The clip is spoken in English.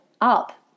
up